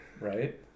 Right